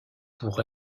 pour